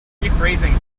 rephrasing